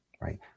right